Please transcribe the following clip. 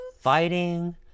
fighting